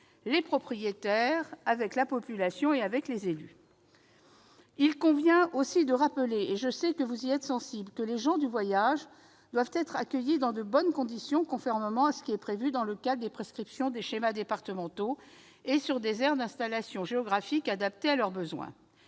les propriétaires, la population et les élus. Il convient aussi de rappeler, et je sais que vous y êtes sensibles, que les gens du voyage doivent être accueillis dans de bonnes conditions, conformément à ce qui est prévu dans le cadre des prescriptions des schémas départementaux, et sur des aires d'installations géographiques adaptées à leurs besoins.